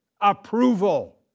approval